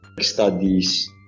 studies